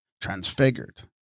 transfigured